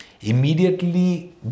Immediately